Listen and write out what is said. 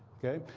ok?